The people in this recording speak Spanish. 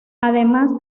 además